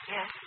Yes